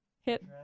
hit